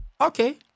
okay